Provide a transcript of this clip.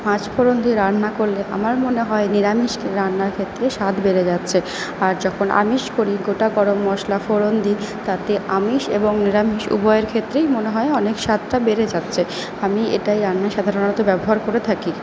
পাঁচফোড়ন দিয়ে রান্না করলে আমার মনে হয় নিরামিষ রান্নার ক্ষেত্রে স্বাদ বেড়ে যাচ্ছে আর যখন আমিষ করি গোটা গরম মশলা ফোড়ন দিই তাতে আমিষ এবং নিরামিষ উবয়ের ক্ষেত্রেই মনে হয় অনেক স্বাদটা বেড়ে যাচ্ছে আমি এটাই রান্নায় সাধারণত ব্যবহার করে থাকি